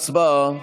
הצבעה.